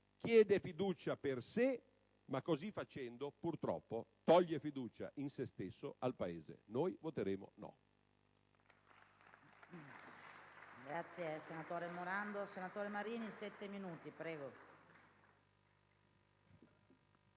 Chiede fiducia per sé, ma così facendo, purtroppo, toglie fiducia in se stesso al Paese. Noi voteremo no.